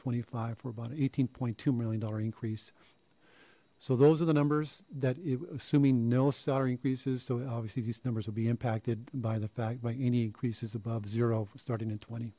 twenty five for about an eighteen point two million dollar increase so those are the numbers that assuming no salary increases so obviously these numbers will be impacted by the fact by any increases above zero for starting in twenty